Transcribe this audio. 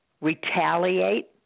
retaliate